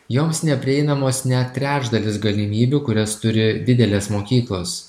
joms neprieinamos net trečdalis galimybių kurias turi didelės mokyklos